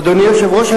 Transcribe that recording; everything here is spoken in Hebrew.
אדוני היושב-ראש,